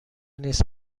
نیست